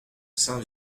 saint